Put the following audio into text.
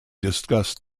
discussed